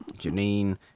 Janine